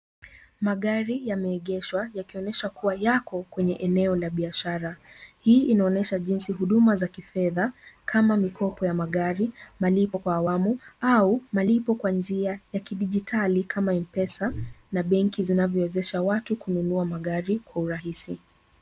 Magari yameegeshwa yakionyesha kuwa yako kwenye eneo la biashara. Hii inaonyesha jinsi huduma za kifedha kama mikopo ya magari, malipo kwa awamu au malipo kwa njia ya kidijitali kama M-Pesa na benki zinavyowezesha watu kununua magari kwa urahisi.